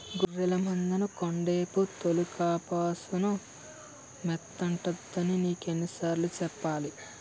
గొర్లె మందని కొండేపు తోలుకపో సానా మేతుంటదని నీకెన్ని సార్లు సెప్పాలా?